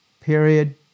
period